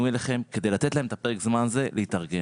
אליכם כדי לתת להם את פרק הזמן הזה להתארגן.